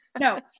No